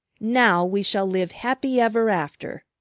now we shall live happy ever after,